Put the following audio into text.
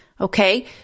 Okay